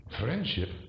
Friendship